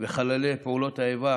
פעולות האיבה